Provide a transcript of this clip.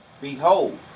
Behold